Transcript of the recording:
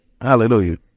Hallelujah